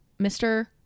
Mr